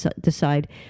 decide